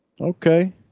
Okay